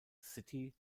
city